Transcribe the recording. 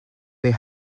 they